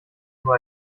nur